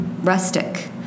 rustic